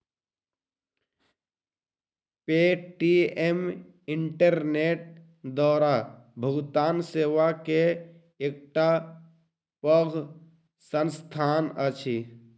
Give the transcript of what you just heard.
Paytm internet द्वारा भुगतान सेवा के एकटा पैघ संस्थान अछि